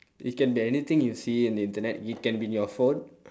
it can be anything you see in the internet it can be in your phone